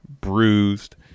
bruised